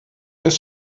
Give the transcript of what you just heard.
ist